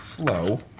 slow